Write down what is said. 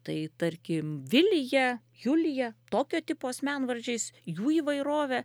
tai tarkim vilija julija tokio tipo asmenvardžiais jų įvairove